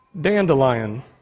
dandelion